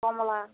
କମଳା